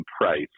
price